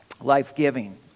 life-giving